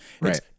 right